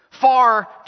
Far